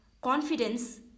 confidence